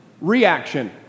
reaction